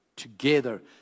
together